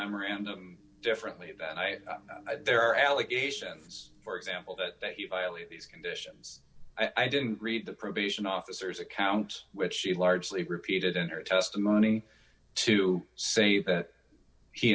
memorandum differently than i there are allegations for example that you violate these conditions i didn't read the probation officer's accounts which she largely repeated in her testimony to say that she